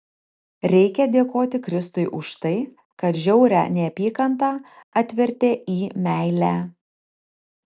reikia dėkoti kristui už tai kad žiaurią neapykantą atvertė į meilę